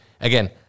Again